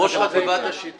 "ראש אגף השיטור".